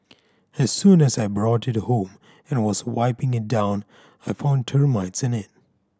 as soon as I brought it home and was wiping it down I found termites in it